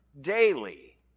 daily